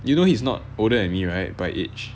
you know he's not older than me right by age